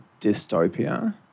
dystopia